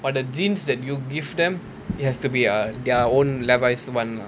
but the jeans that you give them it has to be ah their own Levis's [one] ah